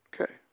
Okay